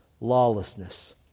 lawlessness